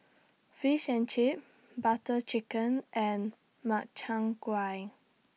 Fish and Chips Butter Chicken and Makchang Gui